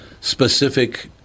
specific